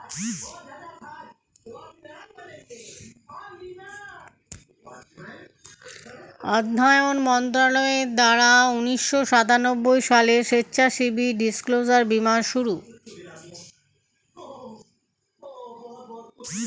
অর্থায়ন মন্ত্রণালয়ের দ্বারা উন্নিশো সাতানব্বই সালে স্বেচ্ছাসেবী ডিসক্লোজার বীমার শুরু